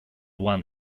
one